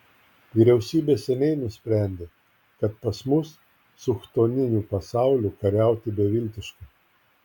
vyriausybė seniai nusprendė kad pas mus su chtoniniu pasauliu kariauti beviltiška